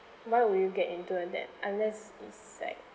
why would you get into a debt unless it's like